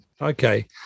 Okay